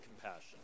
compassion